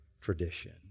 tradition